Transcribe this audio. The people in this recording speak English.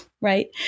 right